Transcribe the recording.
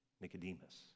Nicodemus